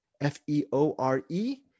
f-e-o-r-e